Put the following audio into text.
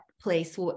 place